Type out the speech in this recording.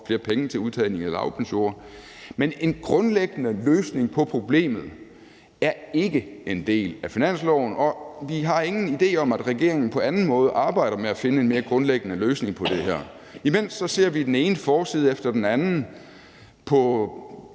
flere penge til udtagning af lavbundsjorder, men en grundlæggende løsning på problemet er ikke en del af finansloven. Og vi har ingen idé om, hvorvidt regeringen på anden måde arbejder med at finde en mere grundlæggende løsning på det her. Imens ser vi den ene forside efter den anden i